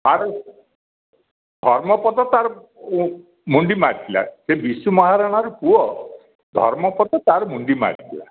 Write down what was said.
ଆଉ ଧର୍ମପଦ ତା'ର ମୁଣ୍ଡି ମାରିଥିଲା ସେ ବିଶୁ ମହାରଣା ର ପୁଅ ଧର୍ମପଦ ତା'ର ମୁଣ୍ଡି ମାରିଥିଲା